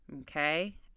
okay